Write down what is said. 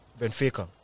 Benfica